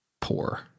poor